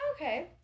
okay